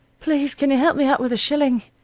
please, can you help me out with a shilling?